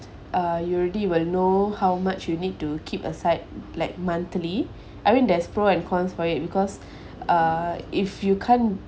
uh you already will know how much you need to keep aside like monthly I mean there's pro and cons for it because uh if you can't